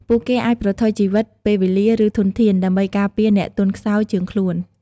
ពួកគេអាចប្រថុយជីវិត ពេលវេលា ឬធនធាន ដើម្បីការពារអ្នកទន់ខ្សោយជាងខ្លួន។